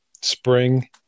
spring